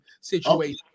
situation